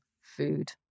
food